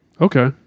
Okay